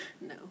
no